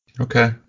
Okay